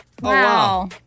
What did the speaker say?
Wow